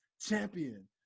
Champion